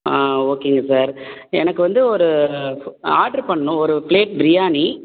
ஓகேங்க சார் எனக்கு வந்து ஒரு ஆட்ரு பண்ணும் ஒரு ப்ளேட் பிரியாணி